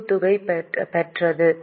ஈவுத்தொகை பெற்றது